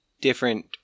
different